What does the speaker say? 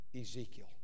Ezekiel